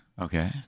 Okay